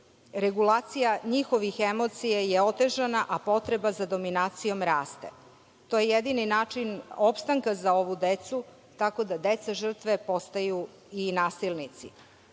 Regulacija njihovih emocija je otežana, a potreba za dominacijom raste. To je jedini način opstanka za ovu decu, tako da deca žrtve postaju i